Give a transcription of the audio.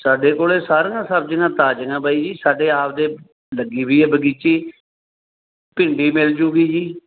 ਸਾਡੇ ਕੋਲ ਸਾਰੀਆਂ ਸਬਜ਼ੀਆਂ ਤਾਜ਼ੀਆਂ ਬਾਈ ਜੀ ਸਾਡੇ ਆਪਣੇ ਲੱਗੀ ਵੀ ਹੈ ਬਗੀਚੀ ਭਿੰਡੀ ਮਿਲ ਜੂਗੀ ਜੀ